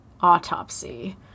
autopsy